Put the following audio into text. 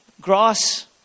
grass